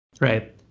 Right